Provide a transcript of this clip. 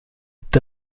est